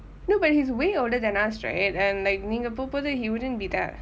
no but he's way older than us right and like நீங்க போ போது:ninga po pothu he wouldn't be there